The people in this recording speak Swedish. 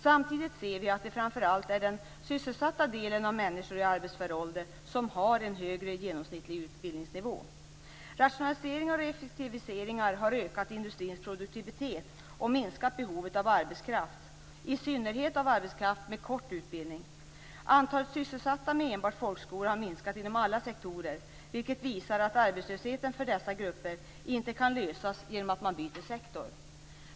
Samtidigt ser vi att det framför allt är den sysselsatta andelen människor i arbetsför ålder som har en högre genomsnittlig utbildningsnivå. Rationaliseringar och effektiviseringar har ökat industrins produktivitet och minskat behovet av arbetskraft, i synnerhet av arbetskraft med kort utbildning. Antalet sysselsatta med enbart folkskola har minskat inom alla sektorer, vilket visar att arbetslösheten för dessa grupper inte kan lösas genom byte av sektor.